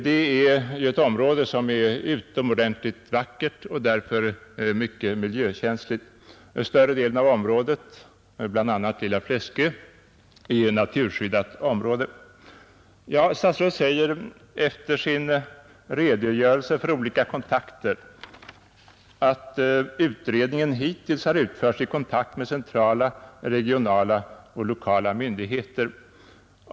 Det är ju ett område som är utomordentligt vackert och därför mycket miljökänsligt. Större delen av området, bl.a. Lilla Fläskö, är naturskyddat område. Efter sin redogörelse för olika kontakter säger statsrådet att utredningen ”hittills utförts i kontakt med centrala, regionala och lokala myndigheter”.